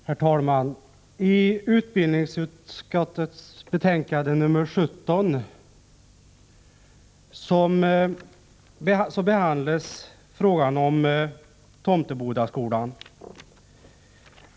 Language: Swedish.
Herr talman! I utbildningsutskottets betänkande nr 17 behandlas frågan om Tomtebodaskolan.